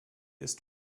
ist